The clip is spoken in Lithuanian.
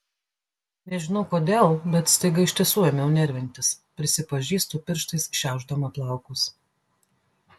nežinau kodėl bet staiga iš tiesų ėmiau nervintis prisipažįstu pirštais šiaušdama plaukus